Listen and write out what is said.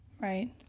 right